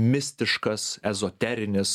mistiškas ezoterinis